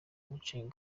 muco